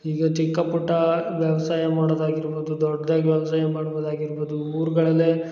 ಈಗ ಚಿಕ್ಕ ಪುಟ್ಟ ವ್ಯವಸಾಯ ಮಾಡೋದಾಗಿರ್ಬೋದು ದೊಡ್ದಾಗಿ ವ್ಯವಸಾಯ ಮಾಡ್ಬೋದಾಗಿರ್ಬೋದು ಊರ್ಗಳಲ್ಲೆ